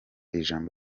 ijambo